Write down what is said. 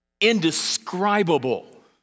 indescribable